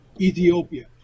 Ethiopia